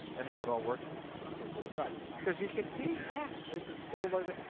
and how it all works for you. because they're sighted. cause you can see! yeah! it's this whole nother